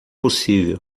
possível